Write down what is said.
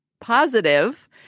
positive